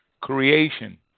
Creation